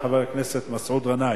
חבר הכנסת מסעוד גנאים.